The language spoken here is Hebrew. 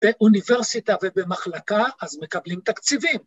‫באוניברסיטה ובמחלקה, ‫אז מקבלים תקציבים.